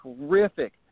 terrific